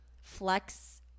flex